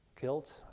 guilt